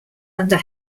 under